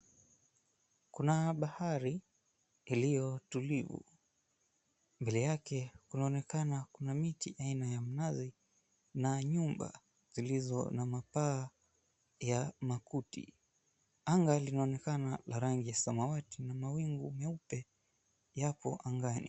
Kuna bahari iliyo tulivu, mbele yake kunaonekana kuna miti aina ya mnazi na nyumba zilizo na mapaa ya makuti. Anga linaonekana la rangi samawati na mawingu meupe yapo angani.